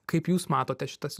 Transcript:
kaip jūs matote šitą